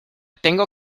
tengo